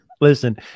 listen